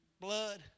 blood